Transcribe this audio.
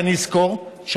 שאני אזכור,